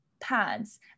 pads